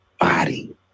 body